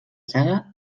zaga